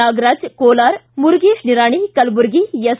Nagaraj Kolar Murugesh Nirani Kalaburagi S